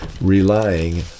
relying